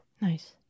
Nice